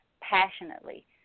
passionately